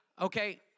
Okay